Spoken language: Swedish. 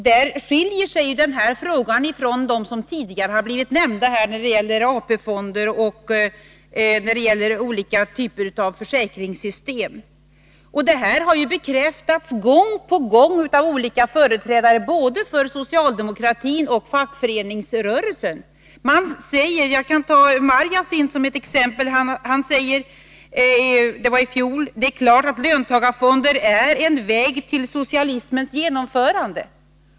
Den här frågan skiljer sig från dem som tidigare har nämnts här — AP-fonder och olika typer av försäkringssystem. Det har ju bekräftats gång på gång av olika företrädare, både för socialdemokratin och för fackföreningsrörelsen. Sigvard Marjasin sade t.ex. i fjol att det är klart att löntagarfonder är en väg till socialismens genomförande.